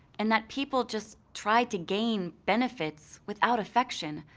and that people just tried to gain benefits without affection,